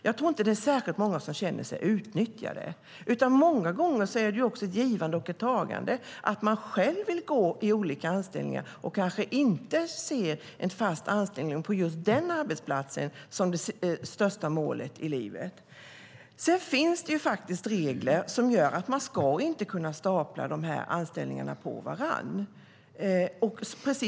Jag tror inte att särskilt många känner sig utnyttjade. Många gånger är det fråga om ett givande och ett tagande, att man vill gå i olika anställningar och kanske inte ser en fast anställning på just den arbetsplatsen som det högsta målet i livet. Sedan finns det regler som gör att man inte ska kunna stapla anställningarna på varandra.